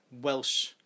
Welsh